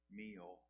meal